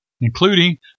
including